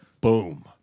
Boom